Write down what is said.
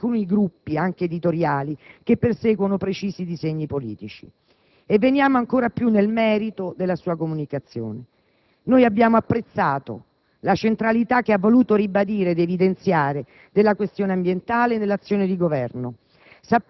da alcuni gruppi, anche editoriali, che perseguono precisi disegni politici. Veniamo ancora più nel merito della sua comunicazione: noi abbiamo apprezzato la centralità che ha voluto ribadire ed evidenziare della questione ambientale nell'azione di Governo.